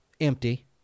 empty